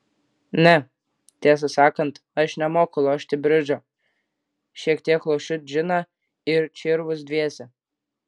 ne tiesą sakant aš nemoku lošti bridžo šiek tiek lošiu džiną ir čirvus dviese